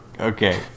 Okay